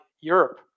Europe